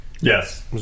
Yes